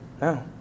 No